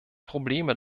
probleme